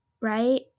right